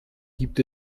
gibt